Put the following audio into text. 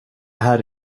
här